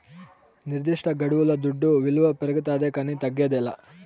నిర్దిష్టగడువుల దుడ్డు విలువ పెరగతాదే కానీ తగ్గదేలా